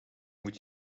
moet